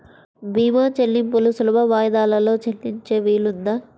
భీమా చెల్లింపులు సులభ వాయిదాలలో చెల్లించే వీలుందా?